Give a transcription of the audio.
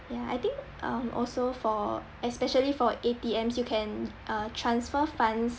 ya I think um also for especially for A_T_Ms you can uh transfer funds